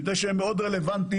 מפני שהם מאוד רלוונטיים.